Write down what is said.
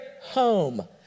home